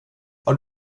har